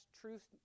truth